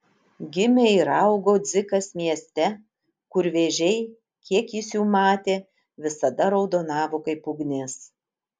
gimė ir augo dzikas mieste kur vėžiai kiek jis jų matė visada raudonavo kaip ugnis